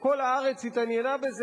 כל הארץ התעניינה בזה,